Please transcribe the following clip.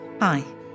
Hi